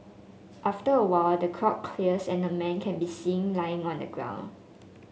after a while the crowd clears and a man can be seen lying on the ground